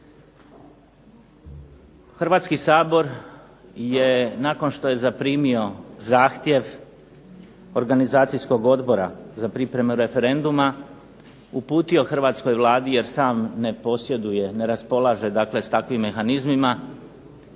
Hrvatski sabor je nakon što je zaprimio zahtjev organizacijskog Odbora za pripremu referenduma uputio hrvatskoj Vladi, jer sam ne posjeduje, ne raspolaže dakle s takvim mehanizmima,